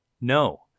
No